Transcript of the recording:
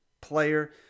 player